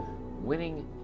winning